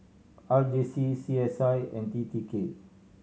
R J C C S I and T T K